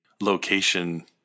location